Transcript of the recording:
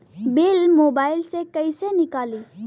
Bill mobile से कईसे निकाली?